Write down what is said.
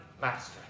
master